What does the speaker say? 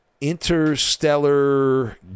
interstellar